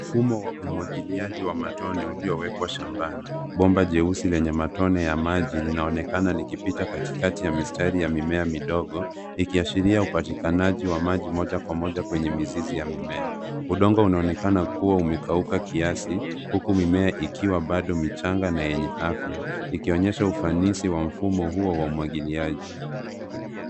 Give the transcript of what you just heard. Mfumo wa umwangiliaji wa maji iliyowekwa shambani. Bomba jeusi lenye matone ya maji linaonekana likipita katikati ya mistari ya mimea midogo ikiashiria upatikanaji wa maji moja kwa moja kwenye mizizi ya mimea. Udongo unaonekana kuwa umekauka kiasi huku mimea ikiwa bado michanga na yenye afya ikionyesha ufanisi wa mfumo huo wa umwangiliaji.